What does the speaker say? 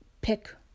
pick